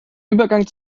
übergang